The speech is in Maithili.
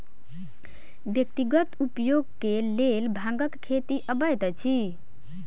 व्यक्तिगत उपयोग के लेल भांगक खेती अवैध अछि